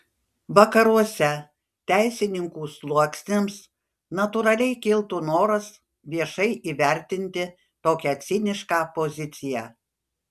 vakaruose teisininkų sluoksniams natūraliai kiltų noras viešai įvertinti tokią cinišką poziciją